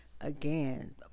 again